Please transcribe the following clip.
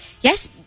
Yes